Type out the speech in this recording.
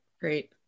great